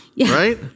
right